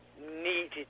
needed